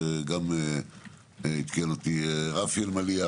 גם על פי ההחלטות שעדכנו אותי רפי אלמליח